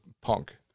punk